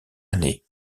année